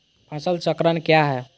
फसल चक्रण क्या है?